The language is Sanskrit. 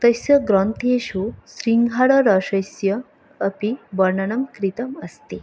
तस्य ग्रन्थेषु शृङ्गाररसस्य अपि वर्णनं कृतम् अस्ति